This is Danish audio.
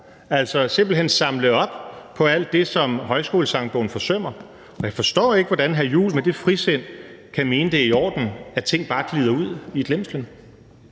altså simpelt hen samle op på alt det, som Højskolesangbogen forsømmer. Og jeg forstår ikke, hvordan hr. Christian Juhl med det frisind kan mene, at det er i orden, at ting bare glider ud i glemslen.